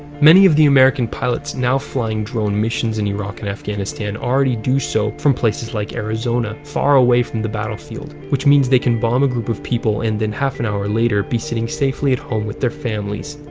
many of the american pilots now flying drone missions in iraq and afghanistan already do so from places like arizona, far away from the battlefield, which means they can bomb a group of people, and then half an hour later be sitting safely at home with their families.